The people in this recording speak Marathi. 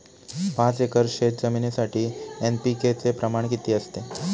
पाच एकर शेतजमिनीसाठी एन.पी.के चे प्रमाण किती असते?